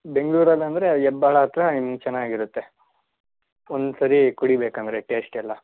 ಬೆಂಗ್ಳುರಲ್ಲಂದರೆ ಹೆಬ್ಬಾಳ ಹತ್ತಿರ ಚೆನ್ನಾಗಿರುತ್ತೆ ಒಂದು ಸರಿ ಕುಡಿಬೇಕಂದ್ರೆ ಟೇಸ್ಟ್ ಎಲ್ಲ